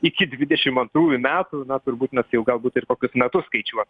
iki dvidešimt antrųjų metų na turbūt mes jau galbūt ir kokius metus skaičiuotume